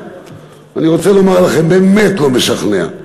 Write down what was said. אני רוצה לומר לכם, באמת לא משכנע.